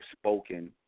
spoken